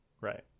right